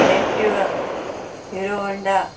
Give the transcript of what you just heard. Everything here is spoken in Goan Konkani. Activa Hero Honda